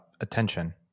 attention